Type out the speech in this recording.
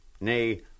Nay